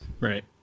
Right